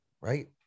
right